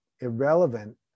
irrelevant